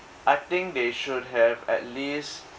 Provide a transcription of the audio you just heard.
I think they should have at least